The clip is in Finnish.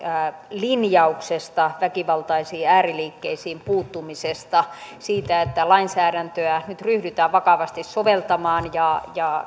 linjauksesta väkivaltaisiin ääriliikkeisiin puuttumisesta siitä että lainsäädäntöä nyt ryhdytään vakavasti soveltamaan ja ja